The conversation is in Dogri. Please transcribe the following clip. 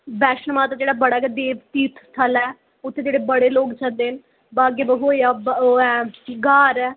वैष्णो माता जेह्ड़ा बड़ा देव स्थल ऐ उत्थें जेह्ड़े बड़े लोग जंदे न बाग ए बाहु होआ ओह् ऐ ग्हार ऐ